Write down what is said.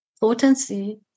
potency